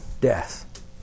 death